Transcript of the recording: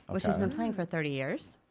which has been playing for thirty years.